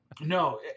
No